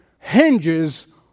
hinges